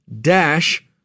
dash